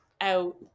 out